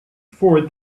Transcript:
for